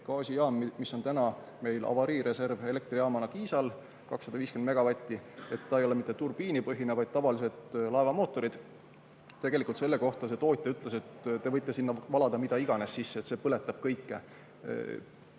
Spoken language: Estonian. gaasijaam, mis on meil praegu avarii- ja reservelektrijaamana Kiisal, 250 megavatti, ei ole mitte turbiinipõhine, vaid sellel on tavalised laevamootorid. Tegelikult selle kohta tootja ütles, et te võite sinna valada mida iganes sisse, see põletab kõike: